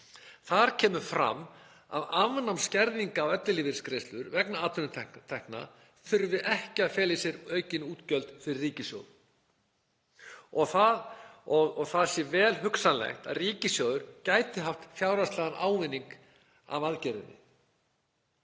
Þar kemur fram að afnám skerðinga á ellilífeyrisgreiðslur vegna atvinnutekna þurfi ekki að fela í sér aukin útgjöld fyrir ríkissjóð og það sé vel hugsanlegt að ríkissjóður gæti haft fjárhagslegan ávinning af aðgerðinni.